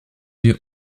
wir